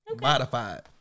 modified